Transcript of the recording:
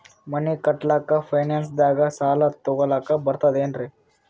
ಮನಿ ಕಟ್ಲಕ್ಕ ಫೈನಾನ್ಸ್ ದಾಗ ಸಾಲ ತೊಗೊಲಕ ಬರ್ತದೇನ್ರಿ?